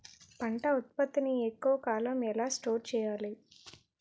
పంట ఉత్పత్తి ని ఎక్కువ కాలం ఎలా స్టోర్ చేయాలి?